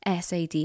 SAD